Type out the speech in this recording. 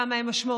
כמה הן משמעותיות,